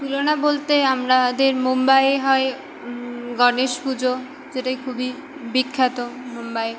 তুলনা বলতে আমরাদের মুম্বাইয়ে হয় গণেশ পুজো সেটাই খুবই বিখ্যাত মুম্বাইয়ে